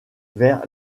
vers